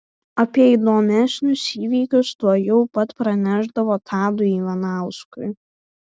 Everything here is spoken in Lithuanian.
apie įdomesnius įvykius tuojau pat pranešdavo tadui ivanauskui